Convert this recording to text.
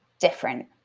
different